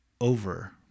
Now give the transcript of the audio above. over